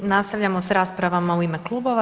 Nastavljamo s raspravama u ime Klubova.